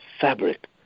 fabric